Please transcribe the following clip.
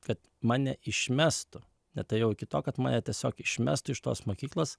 kad mane išmestų net ėjau iki to kad mane tiesiog išmestų iš tos mokyklos